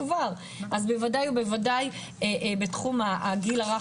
אז בוודאי ובוודאי תחום הגיל הרך,